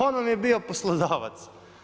On vam je bio poslodavac.